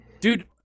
dude